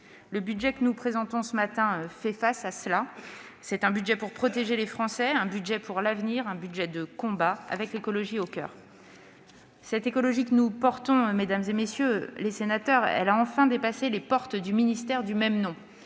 Le budget que nous présentons ce matin y pourvoit. C'est un budget de protection des Français, un budget pour l'avenir, un budget de combat, l'écologie au coeur. Cette écologie que nous portons, mesdames, messieurs les sénateurs, a enfin dépassé les portes du ministère du même nom.